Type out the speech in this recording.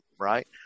right